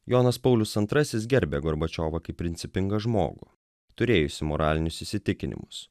jonas paulius antrasis gerbė gorbačiovą kaip principingą žmogų turėjusį moralinius įsitikinimus